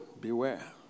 Beware